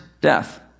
death